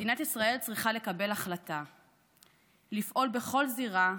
מדינת ישראל צריכה לקבל החלטה לפעול בכל זירה,